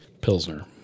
Pilsner